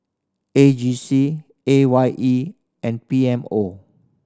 A G C A Y E and P M O